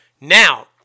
Now